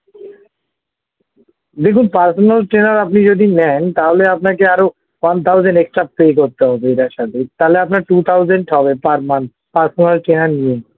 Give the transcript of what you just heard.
দেখুন personal trainer আপনি যদি নেন তাহলে আপনাকে আরো ওয়ান থাউজেন্ড এক্সট্রা পেয়ে করতে হবে এটার সাথে তাহলে আপনার টু থাউজেন্ড হবে পার মান্থ পার্সোনাল ট্রেনার নিয়ে